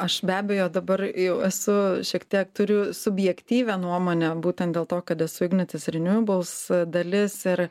aš be abejo dabar jau esu šiek tiek turiu subjektyvią nuomonę būtent dėl to kad esu ignitis renewables dalis ir